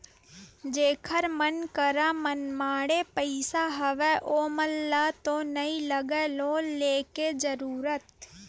जेखर मन करा मनमाड़े पइसा हवय ओमन ल तो नइ लगय लोन लेके जरुरत